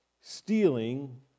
Stealing